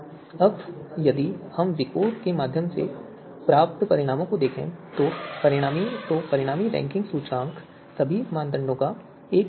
अब यदि हम विकोर के माध्यम से प्राप्त परिणामों को देखें तो परिणामी रैंकिंग सूचकांक सभी मानदंडों का एक समूह है